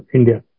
India